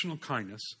kindness